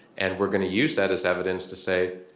and we're going to use that as evidence to say,